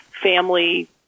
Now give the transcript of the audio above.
Family